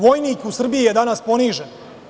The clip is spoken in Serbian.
Vojnik u Srbiji je danas ponižen.